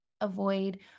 avoid